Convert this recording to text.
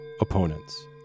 Opponents